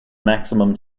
maximum